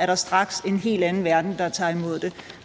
er der straks en helt anden verden, der tager imod det.